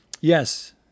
Yes